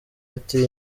ati